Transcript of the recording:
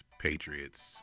Patriots